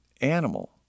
animal